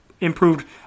improved